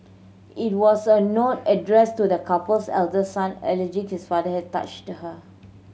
it was a note addressed to the couple's eldest son alleging his father had touched her